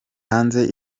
hanze